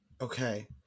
Okay